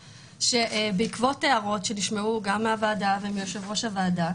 בעקבות הערות שנשמעו גם מהוועדה ומיושב-ראש הוועדה